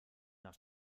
nach